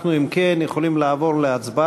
אנחנו, אם כן, יכולים לעבור להצבעה.